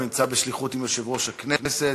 הוא נמצא בשליחות עם יושב-ראש הכנסת.